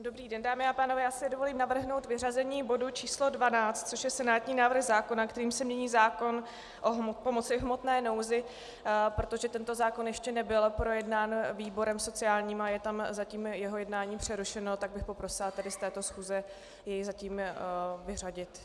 Dobrý den, dámy a pánové, dovolím si navrhnout vyřazení bodu číslo 12, což je senátní návrh zákona, kterým se mění zákon o pomoci v hmotné nouzi, protože tento zákon ještě nebyl projednán výborem sociálním a je tam zatím jeho jednání přerušeno, tak bych poprosila tedy z této schůze jej zatím vyřadit.